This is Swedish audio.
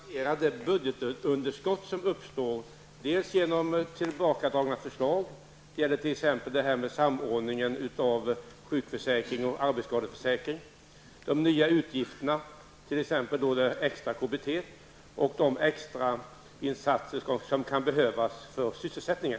Herr talman! Hur tänker finansministern finansiera det budgetunderskott som uppstår genom tillbakadragna förslag -- det gäller t.ex. samordningen av sjukförsäkring och arbetsskadeförsäkring -- och genom de nya utgifterna, t.ex. extra KBT och de extra insatser som kan behövas för sysselsättningen?